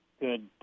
good